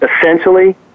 essentially